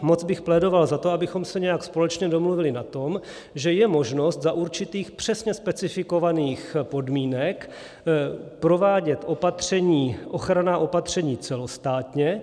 Moc bych plédoval za to, abychom se nějak společně domluvili na tom, že je možnost za určitých přesně specifikovaných podmínek provádět ochranná opatření celostátně.